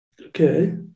Okay